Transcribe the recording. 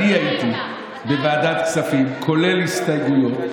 כולל הסתייגויות,